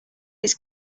its